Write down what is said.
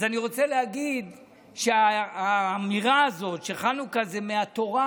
אז אני רוצה להגיד שהאמירה הזאת שחנוכה זה מהתורה,